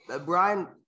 Brian